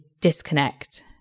disconnect